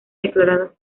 declarados